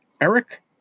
Eric